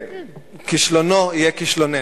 כישלונו יהיה כישלוננו.